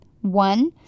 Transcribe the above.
One